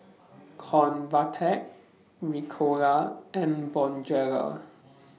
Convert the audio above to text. Convatec Ricola and Bonjela